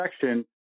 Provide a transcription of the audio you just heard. section